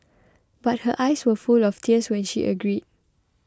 but her eyes were full of tears when she agreed